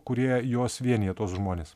kurie juos vienija tuos žmones